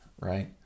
Right